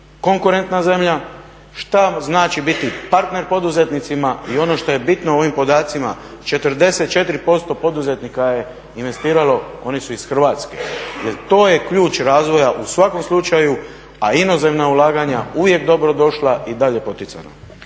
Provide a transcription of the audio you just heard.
konkurentna zemlja, šta znači biti partner poduzetnicima i ono što je bitno u ovim podacima 44% poduzetnika je investiralo, oni su iz Hrvatske. Jer to je ključ razvoja u svakom slučaju, a inozemna ulaganja uvijek dobro došla i dalje poticano.